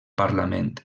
parlament